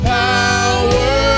power